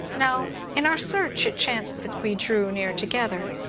now, in our search, it chanced that we drew near together,